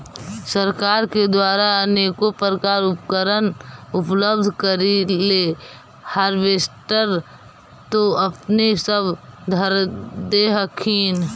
सरकार के द्वारा अनेको प्रकार उपकरण उपलब्ध करिले हारबेसटर तो अपने सब धरदे हखिन?